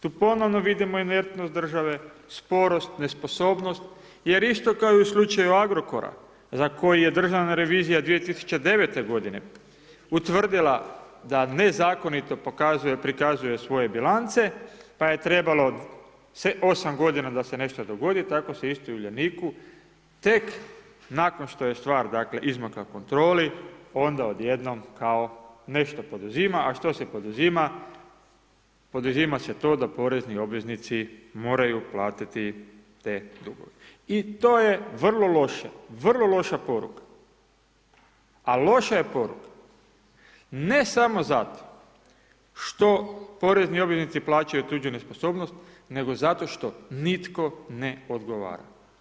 Tu ponovno vidimo intertnost države sporost, nesposobnost jer isto kao i u slučaju Agrokora za koji je državna revizija 2009. godine utvrdila da nezakonito prikazuje svoje bilance pa je trebalo 8 godina da se nešto dogodi, tako se isto i Uljaniku tek nakon što je stvar dakle izmakla kontroli, onda od jednom nešto poduzima, a što se poduzima, poduzima se to da porezni obveznici moraju platiti te dugove i to je vrlo loša vrlo loša poruka, a loša je poruka ne samo za to što porezni obveznici plaćaju tuđu nesposobnost, nego zato što nitko ne odgovara.